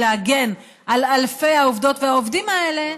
להגן על אלפי העובדות והעובדים האלה,